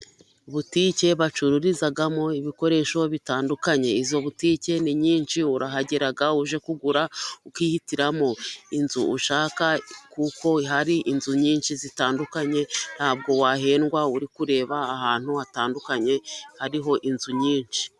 Butike bacururizamo ibikoresho bitandukanye, izo butike ni nyinshi urahagera uje kugura ukihitiramo inzu ushaka, kuko hari inzu nyinshi zitandukanye, ntabwo wahendwa uri kureba ahantu hatandukanye, hariho inzu nyinshi.